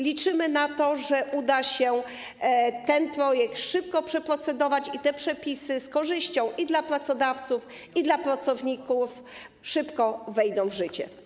Liczymy na to, że uda się ten projekt szybko przeprocedować i te przepisy z korzyścią i dla pracodawców, i dla pracowników szybko wejdą w życie.